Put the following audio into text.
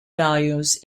values